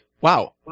Wow